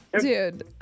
dude